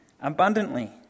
abundantly